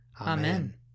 Amen